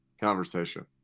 conversation